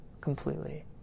completely